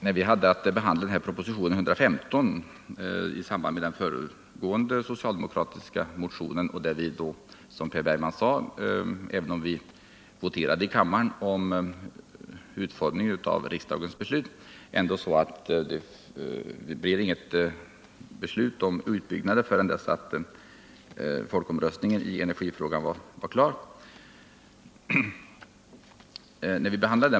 När vi behandlade proposition 115 gjorde vi en ordentlig genomgång av hur ansvaret är fördelat mellan riksdagen och regeringen. Beträffande den socialdemokratiska motionen voterade vi, som Per Bergman sade, i kammaren om utformningen av riksdagens beslut.